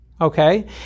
Okay